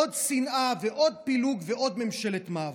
עוד שנאה, עוד פילוג ועוד ממשלת מעבר.